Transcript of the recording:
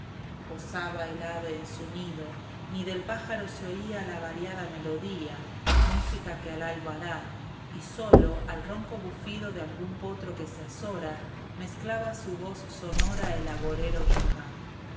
posaba el ave en su nido ni del pájaro se oía éstbfian echeverría la variada melodía música que al alba da y sólo al ronco bufido de algún potro que se azora mezclaba su voz sonora el agorero yajá